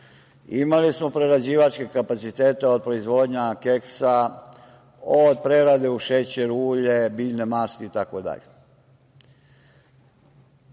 Imali smo prerađivačke kapacitete, od proizvodnje keksa, od prerade u šećer, ulje, biljne masti, itd.